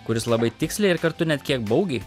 kuris labai tiksliai ir kartu net kiek baugiai